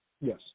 Yes